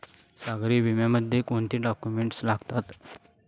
सागरी विम्यासाठी कोणते डॉक्युमेंट्स लागतात?